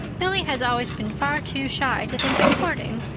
billy has always been far too shy to think of courting.